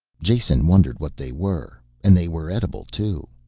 jason wondered what they were and they were edible, too,